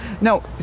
Now